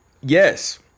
Yes